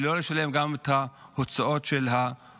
כדי שלא לשלם גם את ההוצאות של ההריסות.